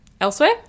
elsewhere